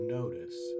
notice